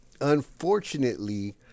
unfortunately